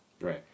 Right